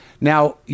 Now